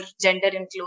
gender-inclusive